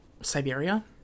Siberia